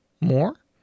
More